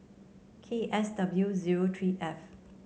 K S W zero three F